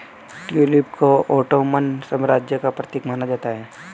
tulip को Ottoman साम्राज्य का प्रतीक माना जाता है